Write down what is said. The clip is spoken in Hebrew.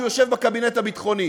שהוא יושב בקבינט הביטחוני,